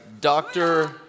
Doctor